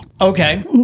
Okay